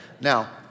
Now